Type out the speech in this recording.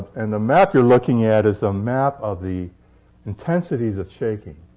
and the map you're looking at is a map of the intensities of shaking